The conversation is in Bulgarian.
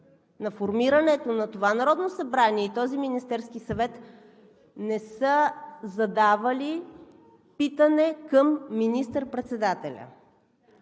на формирането на това Народно събрание и този Министерски съвет, не са задавали питане към министър-председателя,